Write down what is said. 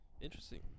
Interesting